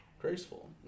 Graceful